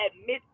admit